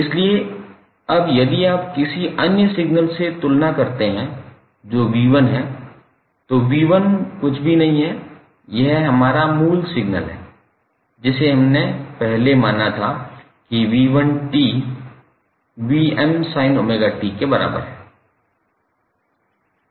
इसलिए अब यदि आप किसी अन्य सिग्नल से तुलना करते हैं जो 𝑣1𝑡 है तो 𝑣1𝑡 कुछ भी नहीं है यह हमारा मूल सिग्नल जिसे हमने पहले माना था कि 𝑣1𝑡 के 𝑉𝑚sin𝜔𝑡 बराबर है